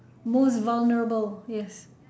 most vulnerable yes